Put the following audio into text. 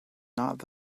not